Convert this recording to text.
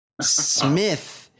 Smith